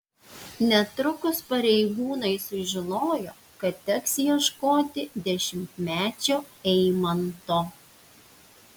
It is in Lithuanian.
netrukus pareigūnai sužinojo kad teks ieškoti dešimtmečio eimanto